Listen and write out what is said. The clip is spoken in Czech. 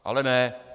Ale ne!